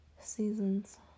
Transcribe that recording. seasons